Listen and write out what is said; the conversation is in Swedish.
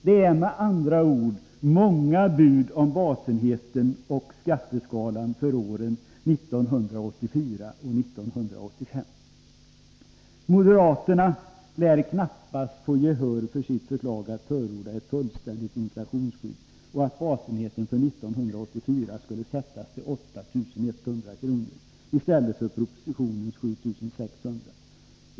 Det är med andra ord många bud om basenheten och skatteskalan för åren 1984 och 1985. Moderaterna lär knappast få gehör för sitt förslag att förorda ett fullständigt inflationsskydd och att basenheten för 1984 skulle sättas vid 8 100 kr. i stället för propositionens förslag 7 600 kr.